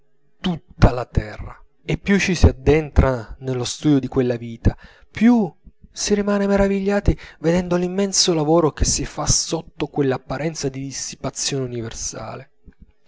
tutta la terra e più ci s'addentra nello studio di quella vita più si rimane meravigliati vedendo l'immenso lavoro che si fa sotto quell'apparenza di dissipazione universale